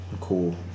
Cool